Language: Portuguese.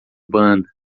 banda